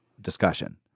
discussion